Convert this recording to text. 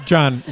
John